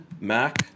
Mac